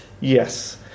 yes